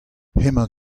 hemañ